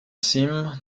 sieben